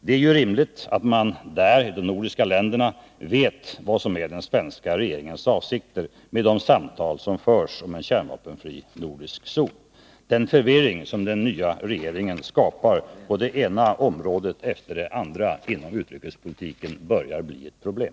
Det är ju rimligt att man i de nordiska länderna vet vad som är den svenska regeringens avsikter med de samtal som förs om en nordisk kärnvapenfri zon. Den förvirring som den nya regeringen skapar på det ena området efter det andra inom utrikespolitiken börjar bli ett problem.